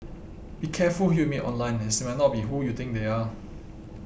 be careful who you meet online as they might not be who you think they are